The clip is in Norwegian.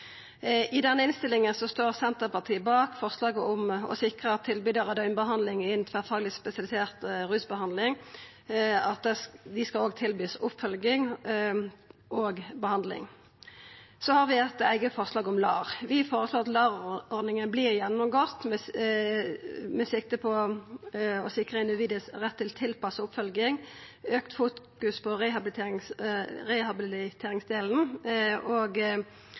I denne innstillinga står Senterpartiet bak forslaget om å sikra at tilbydarar av døgnbehandling innan tverrfagleg spesialisert rusbehandling sørgjer for at det vert tilbydd oppfølging og behandling. Så har vi eit eige forslag om LAR. Vi føreslår at LAR-ordninga vert gjennomgått med sikte på å sikra individets rett til tilpassa oppfølging, å auka fokuset på rehabiliteringsdelen og